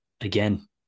again